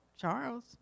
Charles